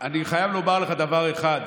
אני חייב לומר לך דבר אחד: